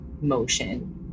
motion